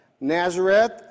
Nazareth